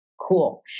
Cool